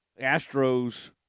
Astros